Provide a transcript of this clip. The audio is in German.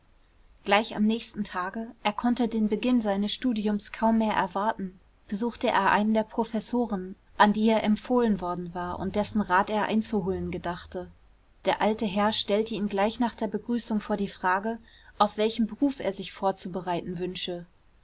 gleich am nächsten tage er konnte den beginn seines studiums kaum mehr erwarten besuchte er einen der professoren an die er empfohlen worden war und dessen rat er einzuholen gedachte der alte herr stellte ihn gleich nach der begrüßung vor die frage auf welchen beruf er sich vorzubereiten wünsche